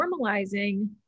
normalizing